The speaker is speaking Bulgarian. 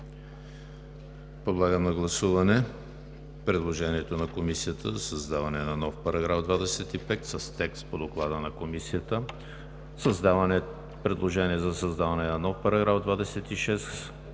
Подлагам на гласуване предложението на Комисията за създаването на нов § 25 с текст по Доклада на Комисията; предложението за създаване на нов § 26